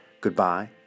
goodbye